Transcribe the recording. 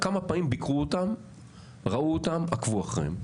כמה פעמים ראו אותם ועקבו אחריהם.